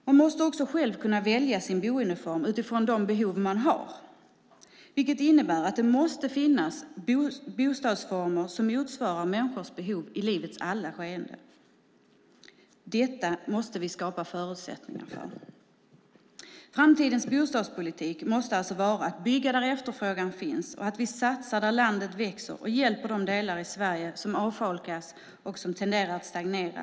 Man måste också själv kunna välja sin boendeform utifrån de behov man har, vilket innebär att det måste finnas bostadsformer som motsvarar människors behov i livets alla skeden. Detta måste vi skapa förutsättningar för. Framtidens bostadspolitik måste alltså vara att bygga där efterfrågan finns, att vi satsar där landet växer och hjälper de delar av Sverige som avfolkas och som tenderar att stagnera.